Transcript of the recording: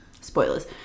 spoilers